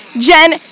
Jen